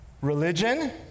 religion